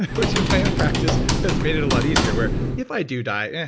which in my own practice has made it a lot easier. where if i do die, yeah